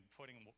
putting